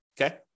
Okay